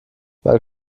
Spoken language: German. weil